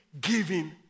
giving